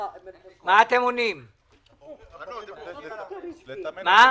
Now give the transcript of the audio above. עוד משהו שנתנו לאזרחים,